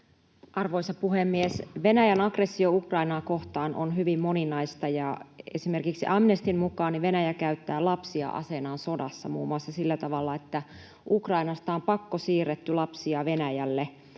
Arvoisa puhemies! Venäjän aggressio Ukrainaa kohtaan on hyvin moninaista, ja esimerkiksi Amnestyn mukaan Venäjä käyttää lapsia aseenaan sodassa muun muassa sillä tavalla, että Ukrainasta on pakkosiirretty lapsia Venäjälle: